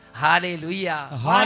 hallelujah